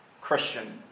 Christian